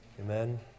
Amen